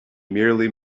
merely